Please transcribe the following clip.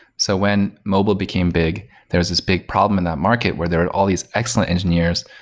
so, when mobile became big, there's this big problem in that market where there are all these excellent engineers,